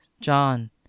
John